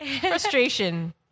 Frustration